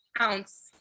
ounce